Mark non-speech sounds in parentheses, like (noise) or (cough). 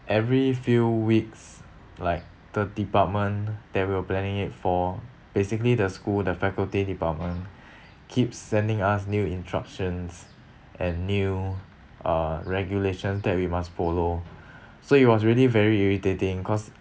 every few weeks like the department that we're planning it for basically the school the faculty department (breath) keep sending us new instructions and new uh regulation that we must follow (breath) so it was really very irritating cause